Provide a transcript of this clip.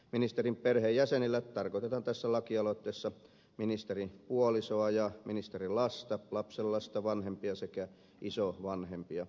ministerin perheenjäsenillä tarkoitetaan tässä lakialoitteessa ministerin puolisoa ja ministerin lasta lapsenlasta vanhempia sekä isovanhempia